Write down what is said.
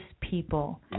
people